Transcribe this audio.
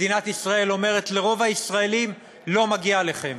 מדינת ישראל אומרת לרוב הישראלים: לא מגיע לכם.